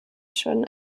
schon